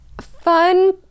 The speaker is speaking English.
fun